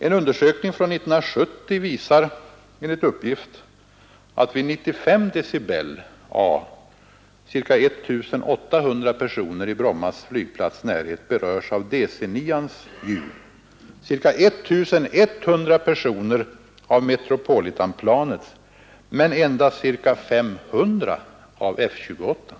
En undersökning från 1970 visar enligt uppgift att vid 95 dBA ca 1 800 personer i närheten av Bromma flygplats berörs av DC-9:s ljud, ca 1 100 personer av Metropolitanplanets men endast ca 500 av F-28:s.